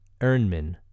Ernman